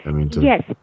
Yes